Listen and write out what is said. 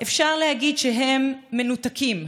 אפשר להגיד שהם מנותקים,